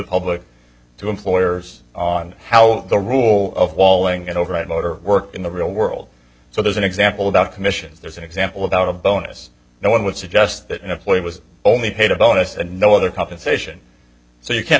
public to employers are and how the rule of walling and override motor work in the real world so there's an example about commissions there's an example of out of bonus no one would suggest that an employee was only paid a bonus and no other compensation so you can't